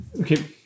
Okay